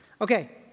Okay